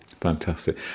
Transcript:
fantastic